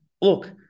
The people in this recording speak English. look